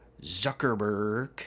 Zuckerberg